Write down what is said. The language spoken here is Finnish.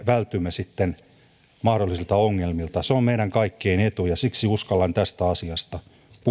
sitten mahdollisilta ongelmilta se on meidän kaikkien etu ja siksi uskallan tästä asiasta puhua ja tästä asiasta haastaa